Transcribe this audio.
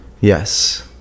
yes